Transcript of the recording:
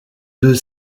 deux